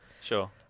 Sure